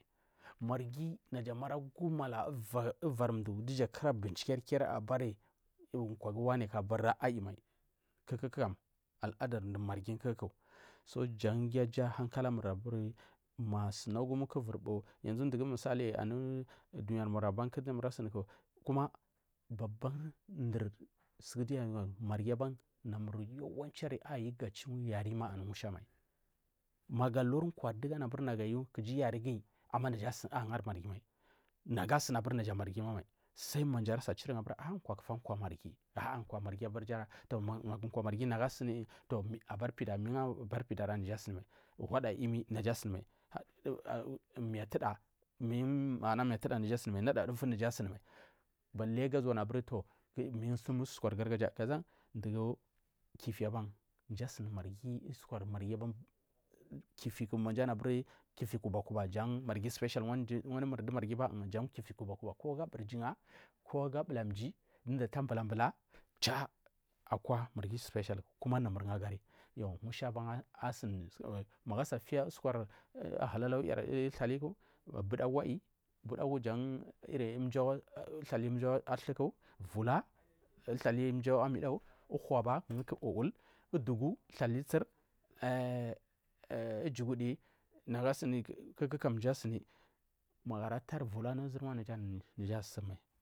Margi naya mai ragumala wari mdu nduja kura binchiri ki abari kwagu waniku abari kuku kam al ada mrghi kuku jan giyu ajar hankalamur aburi ma sinagim ku ivuri mbu yanzu misali anu dunyarku murku kuma aban dumur asunku marghi ban yawandu ri ayuga chumarghi anu musha mai magu ular kwa dugu ayu ga chu yari guyi ama naja agari marghi mai nahu asuni aburi marghi mai sai ma myi achurigu ah kwakufa marghi magu kwa marghi mingu abara pida maja asuni mai huda yimi naja asunimai miyi atuda naja asunimai manar miatuda naja asunimai bali gu azuwanu mingu thlumuri usukwar gargaja dugu kifi ban mji asuni aburi usukwar marghi kifiku jan kifi kuba kuba jan marghi special wandu mur du marghi jan kifi kuba kuba koga ubilamji, kobirjiga ko ndumdu ata bula bula akwa marghi special ku ja namurgu agari asunji magu asatiya usukwar ahalalau uthaliku budagu badagu jan iri umjau uluthali umjau jan athuku vula umjau amidagu uhuba kuku whilwhil ubdugu chir ah ujagudi nagu asuni kuku kam mji suni magu ara tari vula anu zur nazanu naja aisumai.